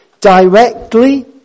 directly